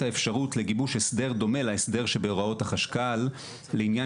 האפשרות לגיבוש הסדר דומה להסדר שבהוראות החשכ"ל לעניין